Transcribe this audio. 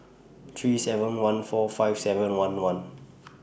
three seven one four five seven one one